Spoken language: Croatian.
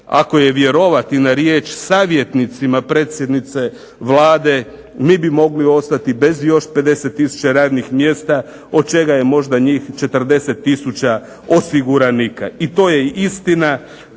ako je vjerovati na riječ savjetnicima predsjednice Vlade, mi bi mogli ostati bez još 50 tisuća radnih mjesta od čega je možda njih 40 tisuća osiguranika. I to je istina.